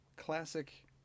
Classic